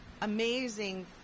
amazing